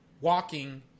walking